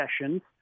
sessions